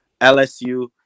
LSU